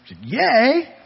yay